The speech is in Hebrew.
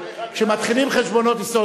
כשמתחילים חשבונות היסטוריים,